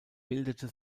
bildete